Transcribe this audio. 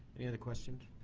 any other questions?